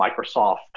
Microsoft